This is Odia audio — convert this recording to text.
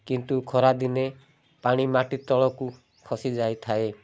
କିନ୍ତୁ ଖରାଦିନେ ପାଣି ମାଟି ତଳକୁ ଖସିଯାଇଥାଏ